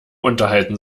unterhalten